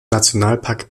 nationalpark